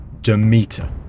Demeter